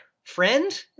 Friend